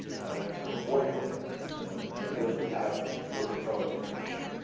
i learned to avoid hoping and and live without looking forward to the future.